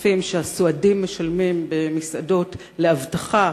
כספים שהסועדים משלמים במסעדות לאבטחה,